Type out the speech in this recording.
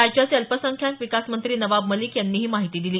राज्याचे अल्पसंख्याक विकासमंत्री नवाब मलिक यांनी ही माहिती दिली